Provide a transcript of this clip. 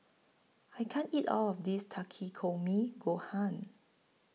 I can't eat All of This Takikomi Gohan